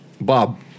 Bob